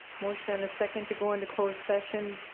motion and a second to go in to closed session.